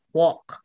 walk